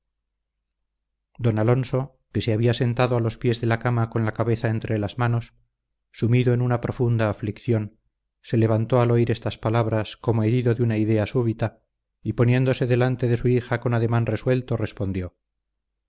don alonso que se había sentado a los pies de la cama con la cabeza entre las manos sumido en una profunda aflicción se levantó al oír estas palabras como herido de una idea súbita y poniéndose delante de su hija con ademán resuelto respondió